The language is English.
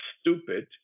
stupid –